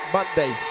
Monday